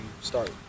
start